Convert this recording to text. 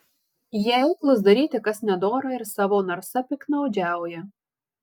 jie eiklūs daryti kas nedora ir savo narsa piktnaudžiauja